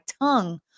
tongue